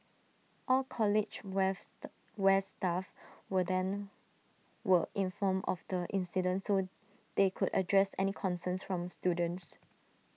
all college west staff were then were informed of the incident so they could address any concerns from students